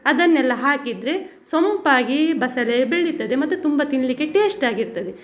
ಅದನ್ನೆಲ್ಲ ಹಾಕಿದರೆ ಸೊಂಪಾಗಿ ಬಸಳೆ ಬೆಳಿತದೆ ಮತ್ತೆ ತುಂಬಾ ತಿನ್ನಲಿಕ್ಕೆ ಟೇಸ್ಟ್ ಆಗಿರ್ತದೆ